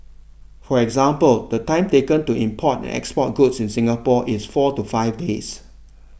for example the time taken to import and export goods in Singapore is four to five days